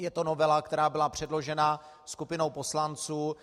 Je to novela, která byla předložena skupinou poslanců.